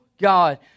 God